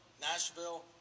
Nashville